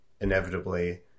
inevitably